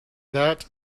that